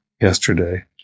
yesterday